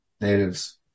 natives